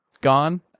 gone